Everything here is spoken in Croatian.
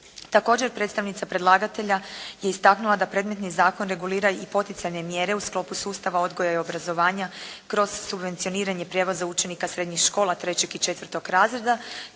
Također, predstavnica predlagatelja je istaknula da predmetni zakon regulira i poticanje mjere u sklopu sustava odgoja i obrazovanja kroz subvencioniranje prijevoza učenika srednjih škola trećeg